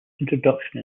introduction